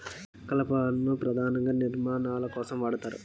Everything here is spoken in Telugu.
కలపను పధానంగా నిర్మాణాల కోసం వాడతారు